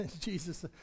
Jesus